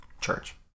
Church